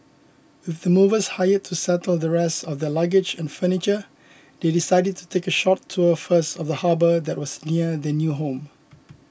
with the movers hired to settle the rest of their luggage and furniture they decided to take a short tour first of the harbour that was near their new home